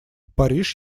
париж